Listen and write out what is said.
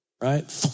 right